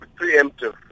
preemptive